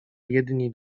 jedni